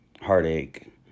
heartache